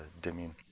dimming,